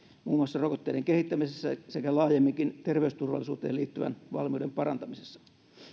muun muassa rokotteiden kehittämisessä sekä laajemminkin terveysturvallisuuteen liittyvän valmiuden parantamisessa